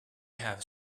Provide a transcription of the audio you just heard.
have